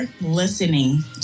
listening